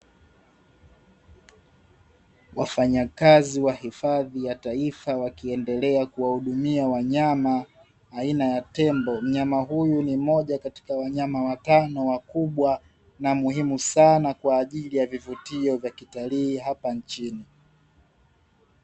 Wafanyakazi wa hifadhi ya taifa wakiendelea kuwahudumia wanyama aina ya tembo. Mnyama huyu ni mmoja katika wanyama watano wakubwa na muhimu sana, kwa ajili ya vivutio vya kitalii hapa nchini.